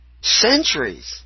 centuries